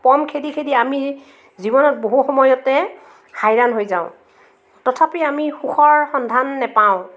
পম খেদি খেদি আমি জীৱনত বহু সময়তে হাইৰান হৈ যাওঁ তথাপি আমি সুখৰ সন্ধান নেপাওঁ